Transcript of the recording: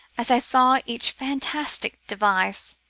as i saw each fantastic device,